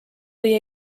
või